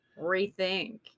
rethink